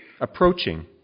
approaching